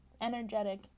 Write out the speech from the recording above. energetic